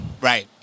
Right